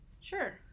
sure